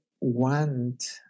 want